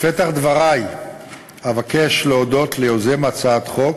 בפתח דברי אבקש להודות ליוזם הצעת החוק,